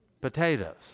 potatoes